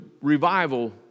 revival